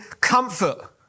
comfort